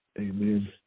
Amen